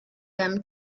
them